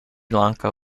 lanka